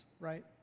right